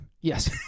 Yes